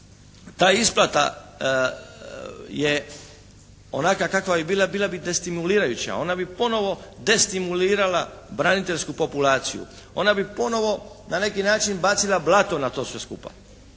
ta isplata je onaka kakva je bila, bila bi destimulirajuća, ona bi ponovo destimulirala braniteljsku populaciju, ona bi ponovo na neki način bacila blato na to sve skupa,